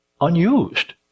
unused